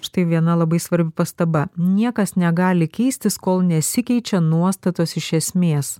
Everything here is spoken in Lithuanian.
štai viena labai svarbi pastaba niekas negali keistis kol nesikeičia nuostatos iš esmės